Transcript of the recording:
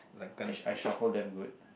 I shuf~ I shuffle damn good